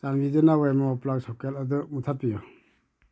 ꯆꯥꯟꯕꯤꯗꯨꯅ ꯋꯦꯃꯣ plug socket ꯑꯗꯨ ꯃꯨꯊꯠꯄꯤꯌꯨ